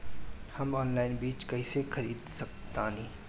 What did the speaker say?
हम ऑनलाइन बीज कईसे खरीद सकतानी?